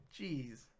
Jeez